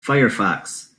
firefox